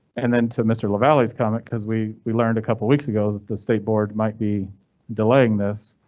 and then to mr. lavalley's comment, cause we we learned a couple weeks ago, the state board might be delaying this.